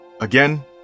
Again